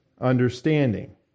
understanding